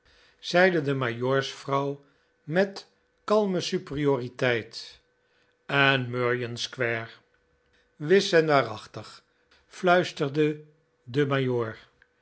de majoorsvrouw met kalme superioriteit en muryan square wis en waarachtig fluisterde de